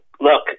look